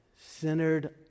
centered